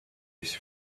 his